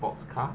sports car